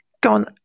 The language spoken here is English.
gone